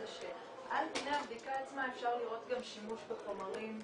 זה שעל פני הבדיקה עצמה אפשר לראות גם שימוש בחומרים אחרים.